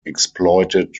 exploited